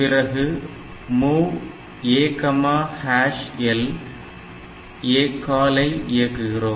பிறகு move AL ACALL ஐ இயக்குகிறோம்